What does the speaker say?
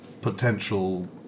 potential